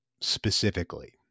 specifically